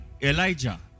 Elijah